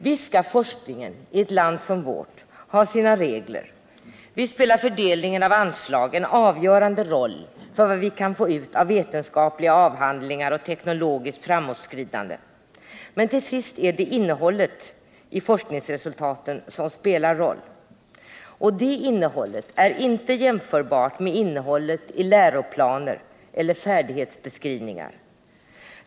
Visst skall forskningen i ett land som vårt ha sina regler, visst spelar fördelningen av anslag en avgörande roll för vad vi kan få ut i form av vetenskapliga avhandlingar och teknologiskt framåtskridande, men till sist är det innehållet i forskningsresultaten som spelar roll. Och det innehållet är inte jämförbart med innehållet i läroplaner eller färdighetsbeskrivningar.